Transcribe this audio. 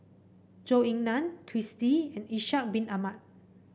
Zhou Ying Nan Twisstii and Ishak Bin Ahmad